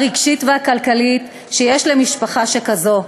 הרגשית והכלכלית, שיש למשפחה שכזאת.